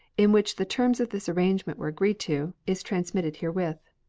in which the terms of this arrangement were agreed to, is transmitted herewith.